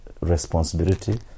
responsibility